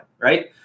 Right